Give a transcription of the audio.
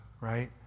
right